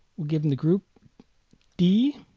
give him the group d